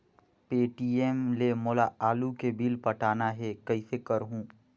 Paytm ले मोला आलू के बिल पटाना हे, कइसे करहुँ?